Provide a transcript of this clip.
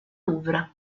louvre